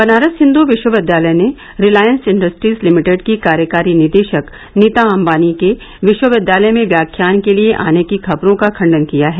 बनारस हिंदू विश्वविद्यालय ने Reliance industries limited की कार्यकारी निदेशक नीता अंबानी के विश्वविद्यालय में व्याख्यान के लिए आने की खबरों का खंडन किया है